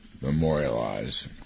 memorialize